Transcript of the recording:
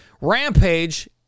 Rampage